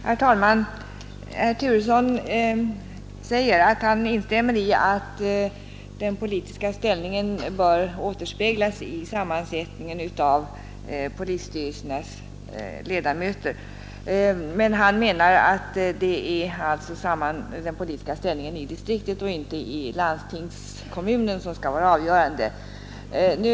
Herr talman! Herr Turesson säger att han instämmer i att den politiska ställningen bör återspeglas i sammansättningen av polisstyrelserna. Han menar alltså att det är den politiska sammansättningen av ledamöter i distriktet och inte i landstinget som skall vara avgörande.